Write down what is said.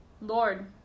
Lord